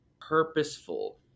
purposeful